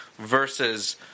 Versus